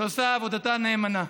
שעושה עבודתה נאמנה.